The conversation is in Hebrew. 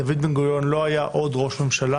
דוד בן-גוריון לא היה עוד ראש ממשלה,